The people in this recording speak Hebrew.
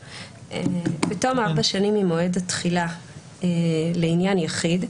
"19.(א)בתום ארבע שנים ממועד התחילה של חוק זהלעניין יחיד,